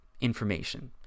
information